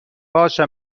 باشه